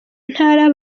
ntara